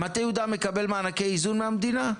מטה יהודה מקבל מענקי איזון מהמדינה?